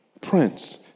Prince